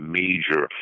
major